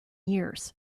years